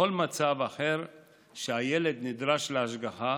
בכל מצב אחר שבו הילד נדרש להשגחה